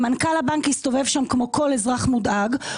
מנכ"ל הבנק הסתובב שם כמו כל אזרח מודאג.